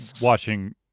watching